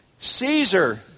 Caesar